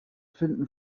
finden